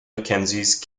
mackenzie